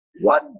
One